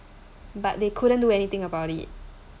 but they couldn't do anything about it